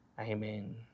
Amen